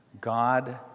God